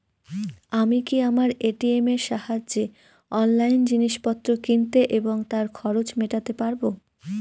আমি কি আমার এ.টি.এম এর সাহায্যে অনলাইন জিনিসপত্র কিনতে এবং তার খরচ মেটাতে পারব?